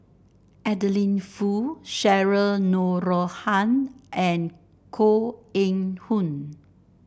Adeline Foo Cheryl Noronha and Koh Eng Hoon